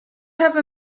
have